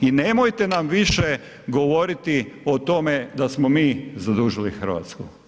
I nemojte nam više govoriti o tome da smo mi zadužili Hrvatsku.